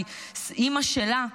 כי אימא שלה,